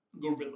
gorilla